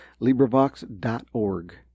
LibriVox.org